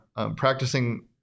practicing